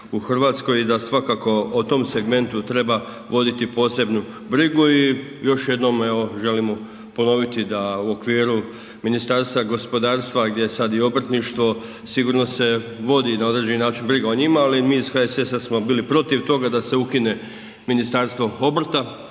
u Hrvatskoj i da svakako o tom segmentu treba voditi posebnu brigu. I još jednom želim ponoviti da u okviru Ministarstva gospodarstva gdje je i sada obrtništvo sigurno se vodi na određeni način briga o njima, ali mi iz HSS-a smo bili protiv toga da se ukine ministarstvo obrta